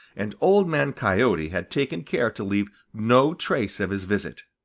and old man coyote had taken care to leave no trace of his visit.